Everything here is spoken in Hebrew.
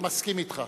מסכים אתך.